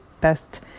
best